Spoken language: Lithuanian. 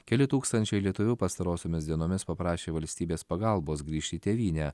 keli tūkstančiai lietuvių pastarosiomis dienomis paprašė valstybės pagalbos grįžt į tėvynę